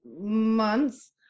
months